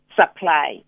supply